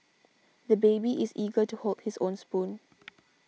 the baby is eager to hold his own spoon